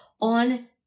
on